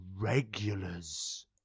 regulars